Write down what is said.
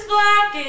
Black